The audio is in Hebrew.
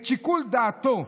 את שיקול דעתו,